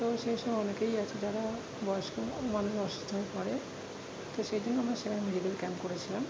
তো সেই সময় অনেকেই আছে যারা বয়স্ক মানুষ অসুস্থ হয়ে পড়ে তো সেদিন আমরা সেখানে মেডিক্যাল ক্যাম্প করেছিলাম